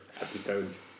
episodes